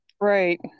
Right